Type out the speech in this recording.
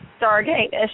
Stargate